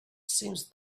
seemed